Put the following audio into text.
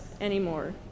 anymore